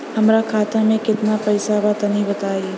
हमरा खाता मे केतना पईसा बा तनि बताईं?